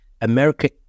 America